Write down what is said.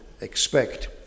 expect